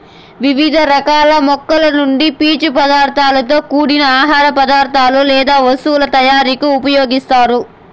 వివిధ రకాల మొక్కల నుండి పీచు పదార్థాలతో కూడిన ఆహార పదార్థాలు లేదా వస్తువుల తయారీకు ఉపయోగిస్తారు